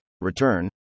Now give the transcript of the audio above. return